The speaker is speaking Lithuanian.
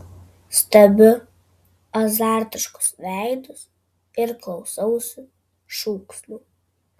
stebiu azartiškus veidus ir klausausi šūksnių